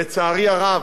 לצערי הרב,